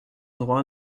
droits